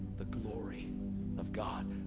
the glory of god.